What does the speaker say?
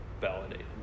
validated